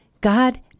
God